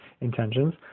intentions